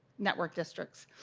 network districts.